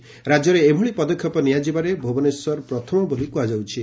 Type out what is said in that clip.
ରାକ୍ୟରେ ଏଭଳି ପଦକ୍ଷେପ ନିଆଯିବାରେ ଭୁବନେଶ୍ୱର ପ୍ରଥମ ବୋଲି କୁହାଯାଉଛି